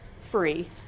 free